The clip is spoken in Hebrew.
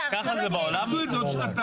כנראה שגם יש הוראות מעבר לגבי פרויקטים קיימים.